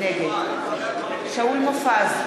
נגד שאול מופז,